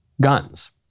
guns